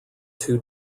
two